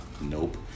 Nope